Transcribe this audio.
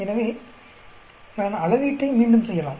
எனவே நான் அளவீட்டை மீண்டும் செய்யலாம்